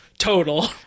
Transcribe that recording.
total